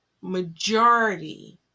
majority